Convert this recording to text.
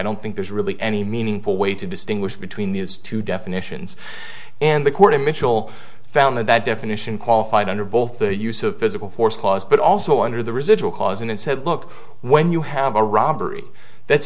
don't think there's really any meaningful way to distinguish between these two definitions and the court of mitchell found that definition qualified under both the use of physical force clause but also under the residual clause in and said look when you have a robbery that's